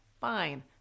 Fine